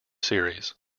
series